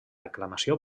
aclamació